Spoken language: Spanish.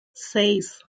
seis